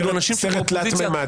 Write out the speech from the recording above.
לא דמוני בכלל.